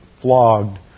flogged